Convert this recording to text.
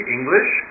English